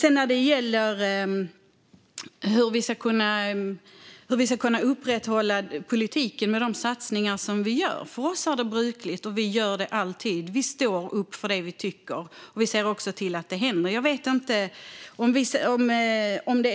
Sedan gäller det hur vi ska kunna upprätthålla politiken med de satsningar som vi gör. För oss är det brukligt - och vi gör det alltid - att stå upp för det vi tycker. Vi ser också till att det händer. Jag vet inte om det